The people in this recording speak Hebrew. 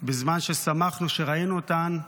בזמן ששמחנו כשראינו אותן,